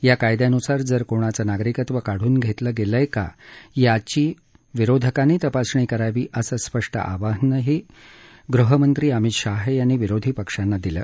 या कायद्यानुसार जर कोणाचं नागरिकत्व काढून घेतलं गेलंय का याची विरोधकांनी तपासणी करावी असं स्पष्ट आव्हानही गृहमंत्री अमित शहा यांनी विरोधी पक्षांना दिलं